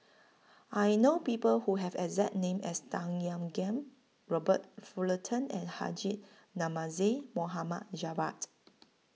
I know People Who Have The exact name as Tan Ean Kiam Robert Fullerton and Haji Namazie Mohd Javad